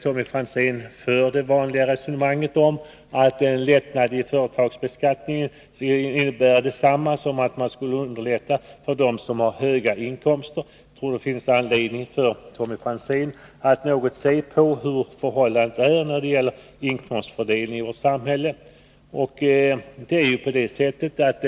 Tommy Franzén för det vanliga resonemanget att en lättnad i företagsbeskattningen innebär detsamma som att man skulle underlätta för dem som har höga inkomster. Jag tror att det finns anledning för Tommy Franzén att något se på hur förhållandet är när det gäller inkomstfördelningen i vårt samhälle.